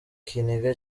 ikiniga